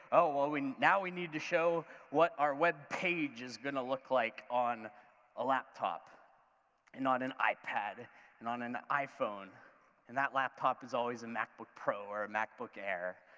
oh, well, now we need to show what our web page is going to look like on a laptop and on an ipad and on an iphone and that laptop is always a macbook pro or a macbook air,